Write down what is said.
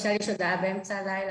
למשל אם יש הודעה באמצע הלילה.